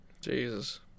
Jesus